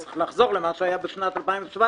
צריך לחזור למה שהיה בשנת 2017,